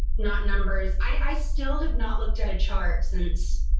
not numbers. i still have not looked at a chart since